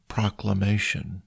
Proclamation